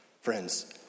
Friends